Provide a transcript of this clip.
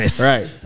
right